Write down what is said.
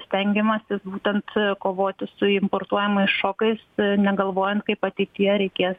stengimasis būtent kovoti su importuojamais šokais negalvojant kaip ateityje reikės